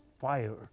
fire